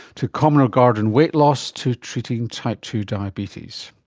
to common or garden weight loss, to treating type two diabetes.